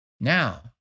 Now